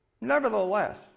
Nevertheless